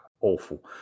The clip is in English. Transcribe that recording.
awful